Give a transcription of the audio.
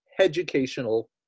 educational